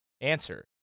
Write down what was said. Answer